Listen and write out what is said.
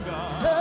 God